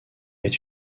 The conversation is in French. est